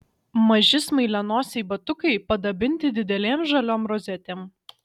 maži smailianosiai batukai padabinti didelėm žaliom rozetėm